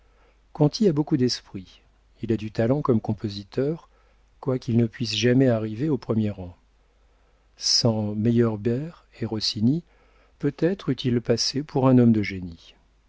marseille conti a beaucoup d'esprit il a du talent comme compositeur quoiqu'il ne puisse jamais arriver au premier rang sans meyerbeer et rossini peut-être eût-il passé pour un homme de génie